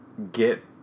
Get